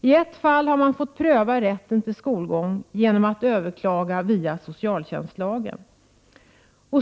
I ett fall har man fått pröva rätten till skolgång genom att överklaga via socialtjänstlagen.